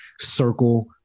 circle